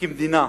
כמדינה,